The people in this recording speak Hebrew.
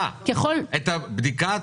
ככל --- מה פירוש גם תוצאות הבדיקה הנוכחית?